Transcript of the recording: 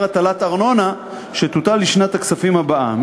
הטלת ארנונה שתוטל בשנת הכספים הבאה.